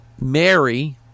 Mary